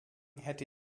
hätte